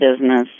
business